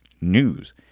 news